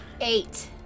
eight